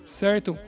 certo